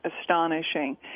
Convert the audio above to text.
astonishing